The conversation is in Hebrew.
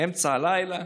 אמצע הלילה,